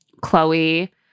Chloe